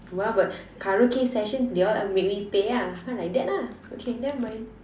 mm ya but karaoke session they all make me pay lah ha like that lah okay never mind